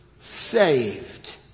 saved